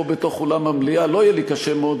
פה בתוך אולם המליאה לא יהיה לי קשה מאוד,